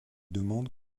demande